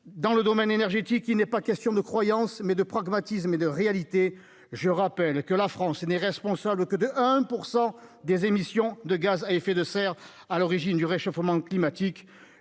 dans le domaine énergétique, qui n'est pas question de croyances mais de pragmatisme et de réalité, je rappelle que la France n'est responsable que de 1 % des émissions de gaz à effet de serre à l'origine du réchauffement climatique,